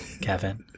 Kevin